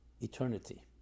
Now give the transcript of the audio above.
eternity